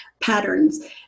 patterns